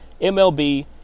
MLB